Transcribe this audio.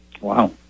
Wow